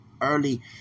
early